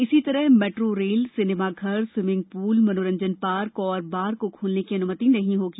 इसी तरह metro rail cinema घर स्वीमिंग पूल मनोरंजन पार्क और बार को खोलने की अनुमति नहीं होगी